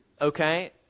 Okay